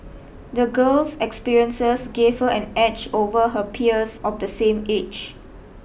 the girl's experiences gave her an edge over her peers of the same age